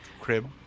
crib